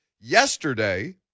yesterday